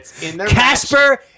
Casper